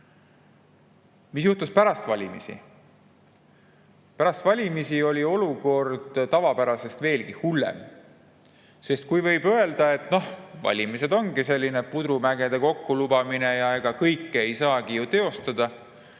juhtus pärast valimisi? Pärast valimisi oli olukord tavapärasest veelgi hullem, sest kuigi võib öelda, et valimised ongi selline pudrumägede kokku lubamine ja kõike ei saagi teostada